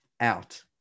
out